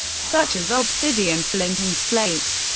such as obsidian, flint, and slate.